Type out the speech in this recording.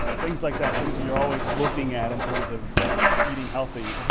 ah things like that, things that you are always looking at in terms of eating healthy,